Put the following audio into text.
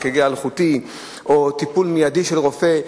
אק"ג אלחוטי או טיפול מיידי של רופא.